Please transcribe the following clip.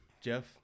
Jeff